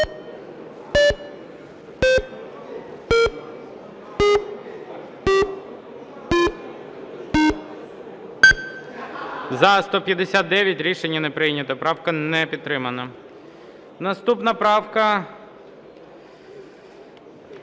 За-159 Рішення не прийнято. Правка не підтримана. Наступна правка,